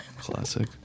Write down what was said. Classic